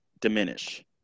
diminish